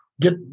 Get